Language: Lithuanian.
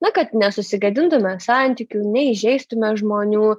na kad nesusigadintume santykių neįžeistume žmonių